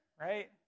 right